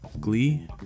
glee